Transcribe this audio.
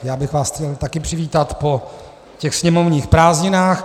Já bych vás chtěl taky přivítat po těch sněmovních prázdninách.